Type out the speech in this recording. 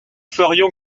ferions